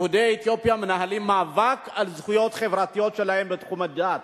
יהודי אתיופיה מנהלים מאבק על זכויות חברתיות שלהם בתחום הדת,